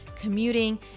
commuting